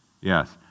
Yes